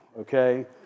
okay